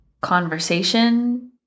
conversation